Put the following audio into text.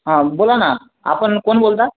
हा बोला ना आपण कोण बोलता